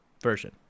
version